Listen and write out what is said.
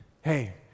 Hey